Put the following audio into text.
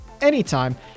anytime